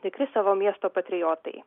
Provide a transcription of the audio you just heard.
tikri savo miesto patriotai